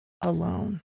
alone